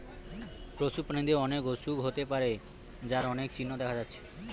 পশু প্রাণীদের অনেক অসুখ হতে পারে যার অনেক চিহ্ন দেখা যাচ্ছে